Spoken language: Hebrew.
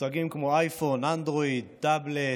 מושגים כמו "אייפון", "אנדרואיד", "טבלט",